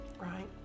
right